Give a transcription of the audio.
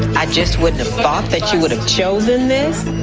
i just wouldn't have thought that you would have chosen this.